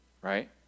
right